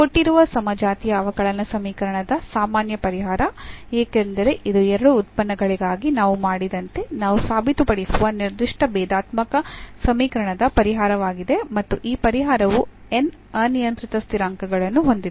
ಕೊಟ್ಟಿರುವ ಸಮಜಾತೀಯ ಅವಕಲನ ಸಮೀಕರಣದ ಸಾಮಾನ್ಯ ಪರಿಹಾರ ಏಕೆಂದರೆ ಇದು ಎರಡು ಉತ್ಪನ್ನಗಳಿಗಾಗಿ ನಾವು ಮಾಡಿದಂತೆ ನಾವು ಸಾಬೀತುಪಡಿಸುವ ನಿರ್ದಿಷ್ಟ ಅವಕಲನ ಸಮೀಕರಣದ ಪರಿಹಾರವಾಗಿದೆ ಮತ್ತು ಈ ಪರಿಹಾರವು ಅನಿಯಂತ್ರಿತ ಸ್ಥಿರಾಂಕಗಳನ್ನು ಹೊಂದಿದೆ